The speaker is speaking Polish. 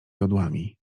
jodłami